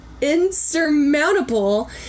insurmountable